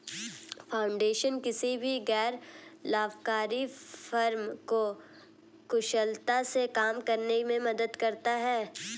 foundation किसी भी गैर लाभकारी फर्म को कुशलता से काम करने में मदद करता हैं